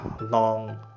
long